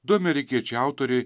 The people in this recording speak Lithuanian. du amerikiečių autoriai